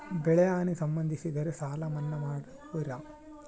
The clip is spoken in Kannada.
ಬೆಳೆಹಾನಿ ಸಂಭವಿಸಿದರೆ ಸಾಲ ಮನ್ನಾ ಮಾಡುವಿರ?